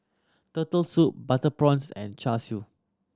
Turtle Soup butter prawns and Char Siu